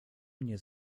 mnie